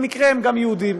במקרה הם גם יהודים,